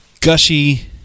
gushy